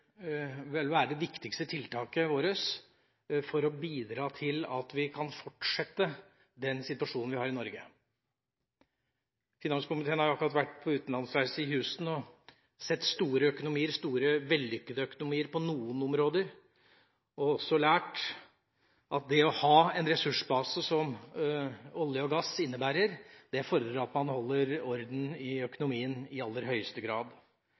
kan fortsette den situasjonen vi har i Norge. Finanskomiteen har akkurat vært på utenlandsreise til Houston og sett store økonomier – store, vellykkede økonomier på noen områder – og også lært at det å ha en ressursbase som olje og gass innebærer, fordrer at man holder orden i økonomien i aller høyeste grad.